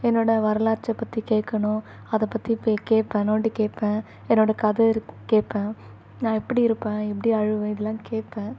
என்னோடய வரலாற்றை பற்றி கேட்கணும் அதை பற்றி போய் கேட்பேன் நோண்டி கேட்பேன் என்னோடய கதை இருக் கேட்பேன் நான் எப்படி இருப்பேன் எப்படி அழுவேன் இதெலாம் கேட்பேன்